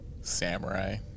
samurai